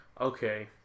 okay